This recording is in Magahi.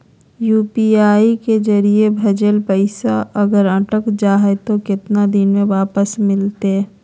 यू.पी.आई के जरिए भजेल पैसा अगर अटक जा है तो कितना दिन में वापस मिलते?